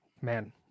man